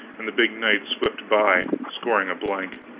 and the big knight swept by, scoring a blank.